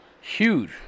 Huge